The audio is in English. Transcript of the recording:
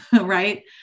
Right